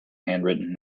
handwritten